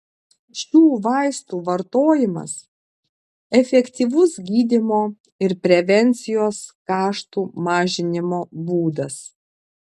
šių vaistų vartojimas efektyvus gydymo ir prevencijos kaštų mažinimo būdas